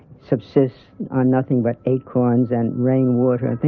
subsists on nothing but acorns and rain water and things